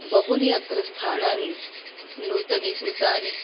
बहूनि अत्र स्थानानि नूतनीकृतानि